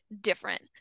different